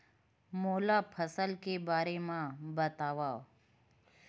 मोला फसल के बारे म बतावव?